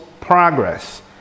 progress